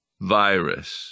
virus